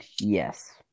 Yes